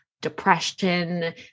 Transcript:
depression